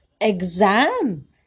Exam